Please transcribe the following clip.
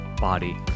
body